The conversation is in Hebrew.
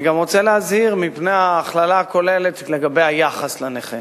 אני גם רוצה להזהיר מפני ההכללה הכוללת לגבי היחס לנכה.